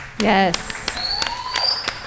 Yes